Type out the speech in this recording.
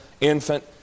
infant